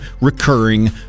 recurring